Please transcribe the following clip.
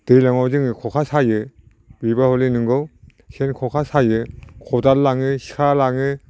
दैज्लांआव जोङो खखा सायो बेबो हले नंगौ सेन खखा सायो खदाल लाङो सिखा लाङो